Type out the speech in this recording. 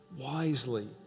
wisely